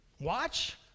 Watch